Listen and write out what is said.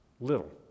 Little